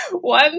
one